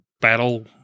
battle